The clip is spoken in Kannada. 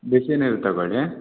ಬಿಸಿನೀರು ತಗೊಳ್ಳಿ